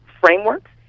frameworks